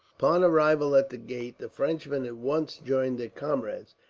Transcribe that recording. upon arrival at the gate the frenchmen at once joined their comrades,